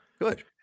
Good